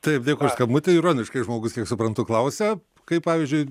taip dėkui už skambutį ironiškai žmogus kiek suprantu klausia kaip pavyzdžiui